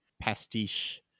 pastiche